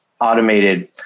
automated